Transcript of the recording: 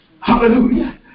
Hallelujah